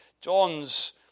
John's